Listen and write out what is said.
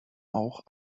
auch